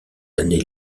années